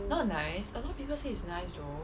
not nice a lot of people say it's nice though